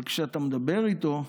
אבל כשאתה מדבר איתו,